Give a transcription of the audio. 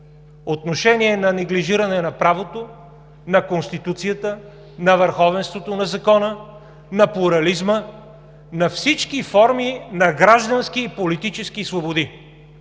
отношение на неглижиране на правото, на Конституцията, на върховенството на закона, на плурализма, на всички форми на граждански и политически свободи,